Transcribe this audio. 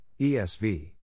ESV